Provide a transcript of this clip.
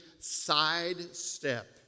sidestep